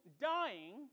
dying